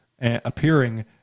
appearing